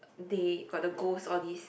day got the ghost all this